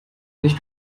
nicht